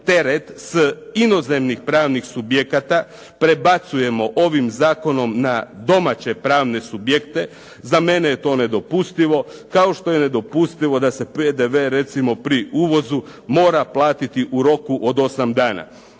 teret s inozemnih pravnih subjekata prebacujemo ovim zakonom na domaće pravne subjekte, za mene je to nedopustivo kao što je nedopustivo da se PDV recimo pri uvozu mora platiti u roku od 8 dana.